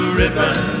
ribbon